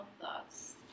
thoughts